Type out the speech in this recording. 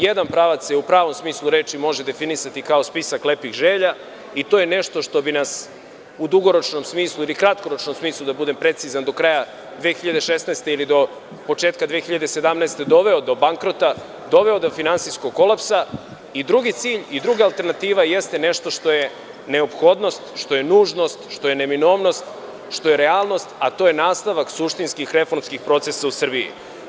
Jedan pravac se u pravom smislu reči može definisati kao spisak lepih želja i to je nešto što bi nas u dugoročnom smislu ili kratkoročnom smislu, da budem precizan, do kraja 2016. godine ili do početka 2017. godine doveo do bankrota, doveo do finansijskog kolapsa i drugi cilj, druga alternativa jeste nešto što je neophodnost, nužnost, neminovnost, realnost, a to je nastavak suštinskih reformskih procesa u Srbiji.